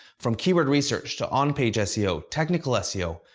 from keyword research to on-page seo, technical seo,